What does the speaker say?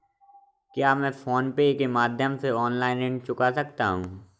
क्या मैं फोन पे के माध्यम से ऑनलाइन ऋण चुका सकता हूँ?